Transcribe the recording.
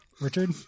Richard